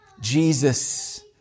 Jesus